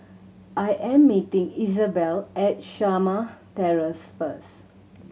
I am meeting Isabel at Shamah Terrace first